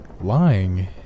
Lying